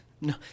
No